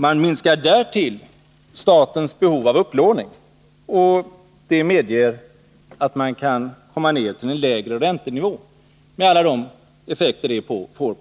Man minskar därtill statens behov av upplåning, och det medger att man kan komma ner till en lägre räntenivå, med alla de positiva effekter det får